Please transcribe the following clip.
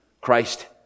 Christ